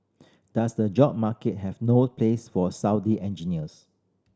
does the job market have no place for Saudi engineers